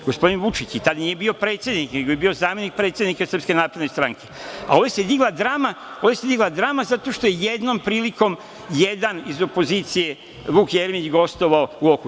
Gospodin Vučić tad nije bio predsednik, nego je bio zamenik predsednika SNS, a ovde se digla drama zato što je jednom prilikom jedan iz opozicije, Vuk Jeremić, gostovao u „Oku“